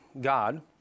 God